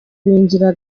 binjira